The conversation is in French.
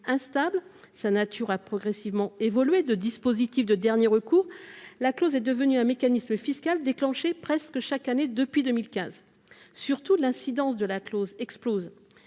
instable, sa nature a progressivement évolué de dispositif de dernier recours, la clause est devenu un mécanisme fiscal déclenché presque chaque année depuis 2015, surtout de l'incidence de la clause explose,